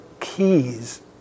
keys